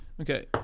Okay